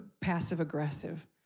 passive-aggressive